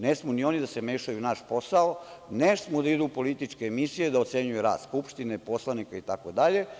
Ne smeju ni oni da se mešaju u naš posao, ne smeju da idu u političke emisije da ocenjuju rad Skupštine, poslanika, itd.